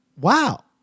wow